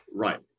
Right